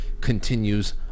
continues